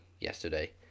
yesterday